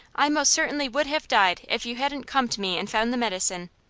i most certainly would have died if you hadn't come to me and found the medicine.